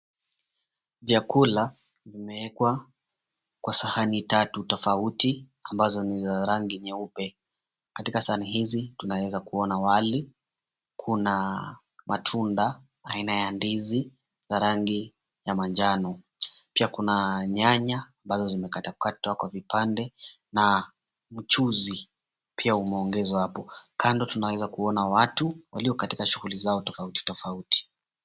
Vyakula vimewekwa kwa sahani tatu tofauti ambazo ni za rangi nyeupe, katika sahani hizi tunaweza kuona wali kuna matunda aina ya ndizi ya rangi ya manjano. Pia kuna nyanya ambazo zimekatwakatwa kwa vipande na mchuzi pia umeongezwa hapo, kando tunaweza kuona watu walio katika shughuli zao tofauti tofauti.